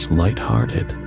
light-hearted